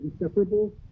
inseparable